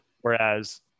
Whereas